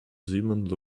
zealand